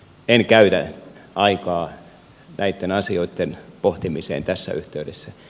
en käytä aikaa näiden asioiden pohtimiseen tässä yhteydessä